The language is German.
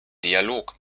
dialog